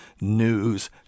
news